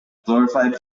glorified